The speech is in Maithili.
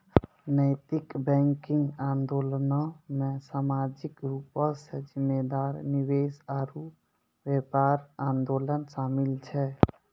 नैतिक बैंकिंग आंदोलनो मे समाजिक रूपो से जिम्मेदार निवेश आरु व्यापार आंदोलन शामिल छै